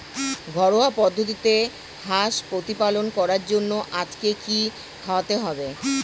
ঘরোয়া পদ্ধতিতে হাঁস প্রতিপালন করার জন্য আজকে কি খাওয়াতে হবে?